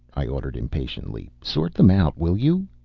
i ordered impatiently. sort them out, will you?